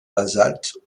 basalte